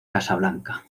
casablanca